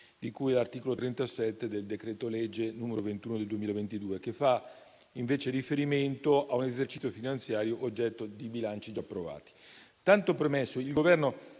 di cui all'articolo 37 del decreto-legge n. 21 del 2022, che fa invece riferimento a un esercizio finanziario oggetto di bilanci già approvati. Tanto premesso, il Governo